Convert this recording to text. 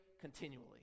continually